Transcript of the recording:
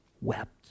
wept